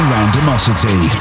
Randomosity